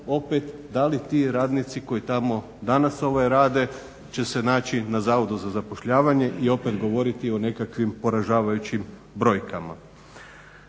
opet da li ti radnici koji tamo danas rade će se naći na Zavodu za zapošljavanje i opet govoriti o nekakvim poražavajućim brojkama.